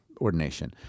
ordination